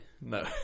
No